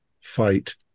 fight